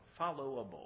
followable